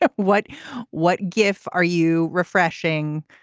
yeah what what gif are you refreshing.